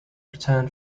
return